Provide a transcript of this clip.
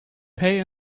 pay